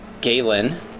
Galen